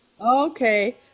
Okay